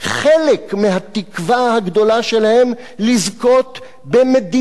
חלק מהתקווה הגדולה שלהם לזכות במדינה.